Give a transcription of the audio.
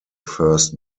first